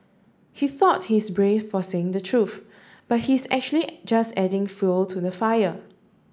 he thought he's brave for saying the truth but he's actually just adding fuel to the fire